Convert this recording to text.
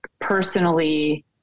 personally